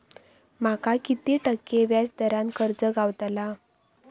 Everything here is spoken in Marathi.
माका किती टक्के व्याज दरान कर्ज गावतला?